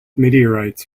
meteorites